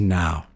now